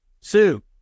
Sue